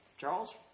Charles